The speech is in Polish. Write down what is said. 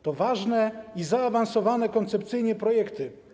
To ważne i zaawansowane koncepcyjnie projekty.